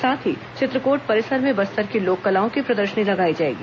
साथ ही चित्रकोट परिसर में बस्तर की लोक कलाओं की प्रदशनी लगाई जाएगी